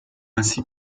ainsi